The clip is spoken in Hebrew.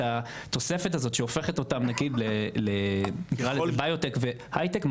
התוספת הזאת שהופכת אותם נגיד לנקרא לזה ביוטק והייטק,